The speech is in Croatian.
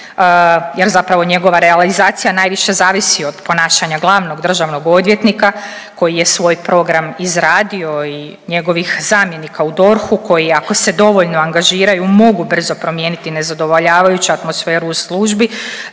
jer zapravo njegova realizacija najviše zavisi od ponašanja glavnog državnog odvjetnika koji je svoj program izradio i njegovih zamjenika u DORH-u koji ako se dovoljno angažiraju mogu brzo promijeniti nezadovoljavajuću atmosferu u službi